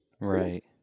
right